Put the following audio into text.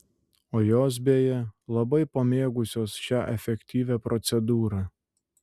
o jos beje labai pamėgusios šią efektyvią procedūrą